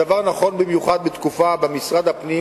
הדבר נכון במיוחד בתקופה שבה משרד הפנים